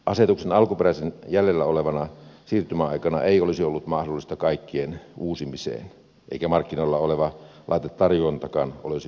asetuksen alkuperäisenä jäljellä olevana siirtymäaikana ei olisi ollut mahdollista kaikkien uusimiseen eikä markkinoilla oleva laitetarjontakaan olisi ollut riittävää